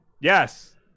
yes